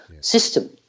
system